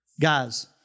Guys